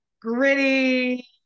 gritty